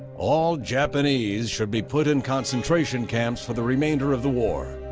all japanese should be put in concentration camps for the remainder of the war.